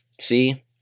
See